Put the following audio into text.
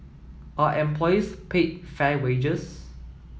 are employees paid fair wages